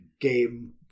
game